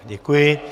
Děkuji.